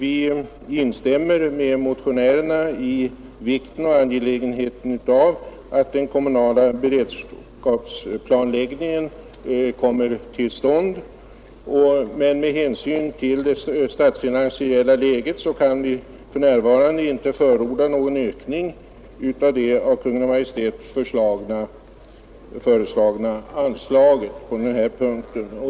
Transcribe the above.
Vi instämmer med motionärerna i vikten och angelägenheten av att den kommunala beredskapsplanläggningen kommer till stånd, men med hänsyn till det statsfinansiella läget kan vi för närvarande inte förorda någon ökning av det av Kungl. Maj:t föreslagna anslaget.